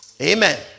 Amen